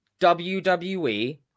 WWE